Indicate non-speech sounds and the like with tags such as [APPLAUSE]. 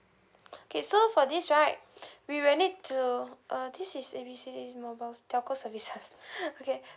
okay so for this right [BREATH] we will need to uh this is A B C D mobile telco services [LAUGHS] okay